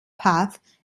path